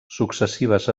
successives